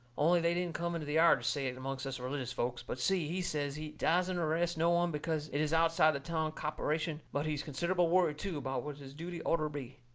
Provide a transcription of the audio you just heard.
only they didn't come into the yard to say it amongst us religious folks. but si, he says he dassent arrest no one because it is outside the town copperation but he's considerable worried too about what his duty orter be.